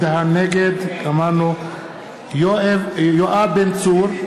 נגד יואב בן צור,